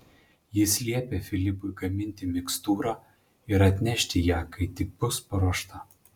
jis liepė filipui gaminti mikstūrą ir atnešti ją kai tik bus paruošta